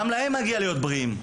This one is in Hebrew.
גם להם מגיע להיות בריאים.